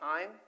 time